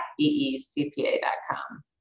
eecpa.com